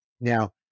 Now